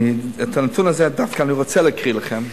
את הנתון הזה דווקא אני רוצה להקריא לכם,